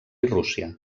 rússia